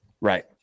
Right